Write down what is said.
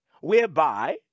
whereby